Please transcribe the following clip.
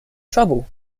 trouble